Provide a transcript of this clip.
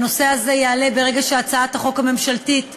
הנושא הזה יעלה ברגע שהצעת החוק הממשלתית תגיע,